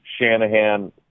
Shanahan